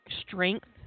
strength